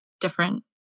different